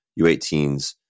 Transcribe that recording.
u18s